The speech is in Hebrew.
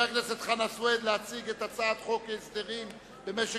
הכנסת חנא סוייד להציג את הצעת חוק הסדרים במשק